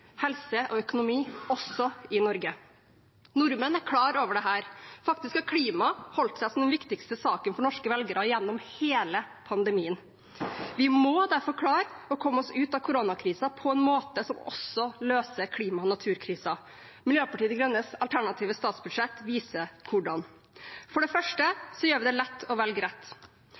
helse og økonomi også i Norge. Nordmenn er klar over dette. Faktisk er klima fortsatt den viktigste saken for norske velgerne gjennom hele pandemien. Vi må derfor klare å komme oss ut av koronakrisen på en måte som også løser klima- og naturkrisen. Miljøpartiet De Grønnes alternative statsbudsjett viser hvordan. For det første gjør vi det lett å velge rett.